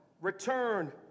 return